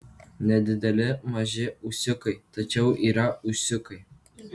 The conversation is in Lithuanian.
nedideli maži ūsiukai tačiau yra ūsiukai